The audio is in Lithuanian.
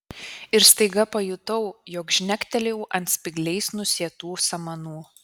ir staiga pajutau jog žnektelėjau ant spygliais nusėtų samanų